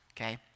okay